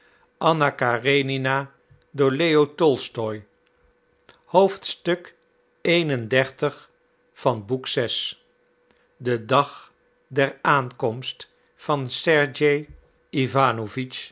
de dag der aankomst van